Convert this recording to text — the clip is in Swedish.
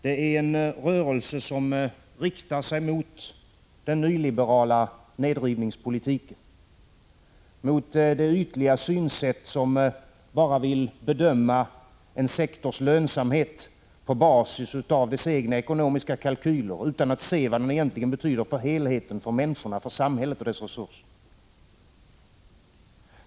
Det är en rörelse som riktar sig mot den nyliberala nedrivningspolitiken, mot det ytliga synsätt som vill bedöma en sektors lönsamhet enbart på basis av dess egna ekonomiska kalkyler utan att se vad den egentligen betyder för helheten, för människorna, för samhället och dess resurser.